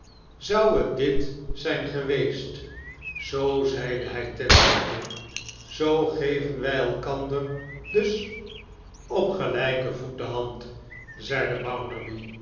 zou het dit zijn geweest zoo zeide hij tenminste zoo geven wij elkander dus op gelijken voet de hand zeide